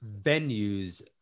venues